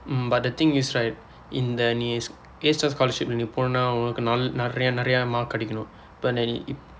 but the thing is right இந்த நீ:indtha nii A_STAR scholarship நீ போனும் என்றால் உனக்கு நல~ நிரைய நிரைய :nii poonum enraal unakku nal~ niraiya niraiya mark கிடைக்கனும் அப்ப நீ:kidaikkanum appa nii